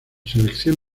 selección